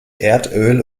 erdöl